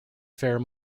fare